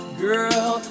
girl